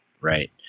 Right